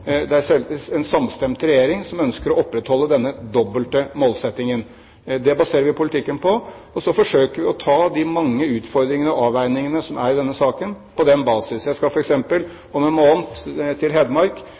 det er en samstemt regjering som ønsker å opprettholde denne dobbelte målsettingen. Det baserer vi politikken på, og så forsøker vi å ta de mange utfordringene og avveiningene som er i denne saken, på den basis. Jeg skal om en måned til Hedmark